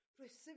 Receive